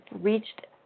reached